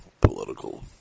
political